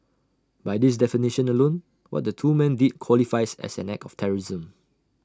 by this definition alone what the two men did qualifies as an act of terrorism